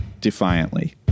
defiantly